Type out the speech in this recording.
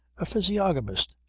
a physiognomist,